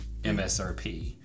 MSRP